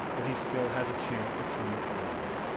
but he still has a chance to turn it around.